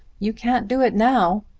you can't do it now.